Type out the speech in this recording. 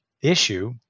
issue